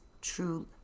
true